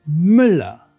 Müller